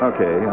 Okay